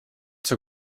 zur